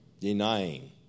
denying